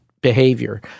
behavior